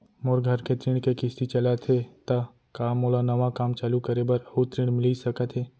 मोर घर के ऋण के किसती चलत हे ता का मोला नवा काम चालू करे बर अऊ ऋण मिलिस सकत हे?